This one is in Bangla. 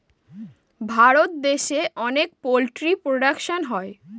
ভারত দেশে অনেক পোল্ট্রি প্রোডাকশন হয়